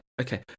Okay